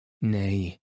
Nay